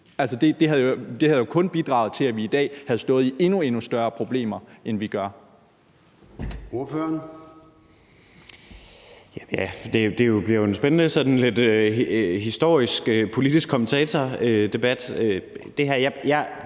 det havde jo kun bidraget til, at vi i dag havde stået i endnu større problemer, end vi gør.